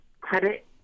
credit